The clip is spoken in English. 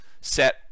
set